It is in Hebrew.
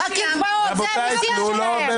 תשמור על כבוד של המדינה שלנו.